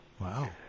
Wow